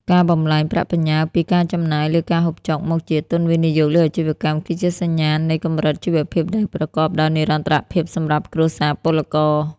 ការបំប្លែងប្រាក់បញ្ញើពី "ការចំណាយលើការហូបចុក" មកជា "ទុនវិនិយោគលើអាជីវកម្ម" គឺជាសញ្ញាណនៃកម្រិតជីវភាពដែលប្រកបដោយនិរន្តរភាពសម្រាប់គ្រួសារពលករ។